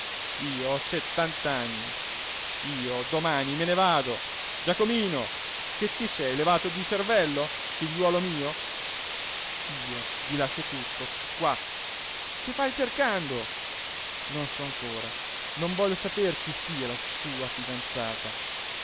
io ho settant'anni io domani me ne vado giacomino che ti sei levato di cervello figliuolo mio io vi lascio tutto qua che vai cercando non so ancora non voglio saper chi sia la tua fidanzata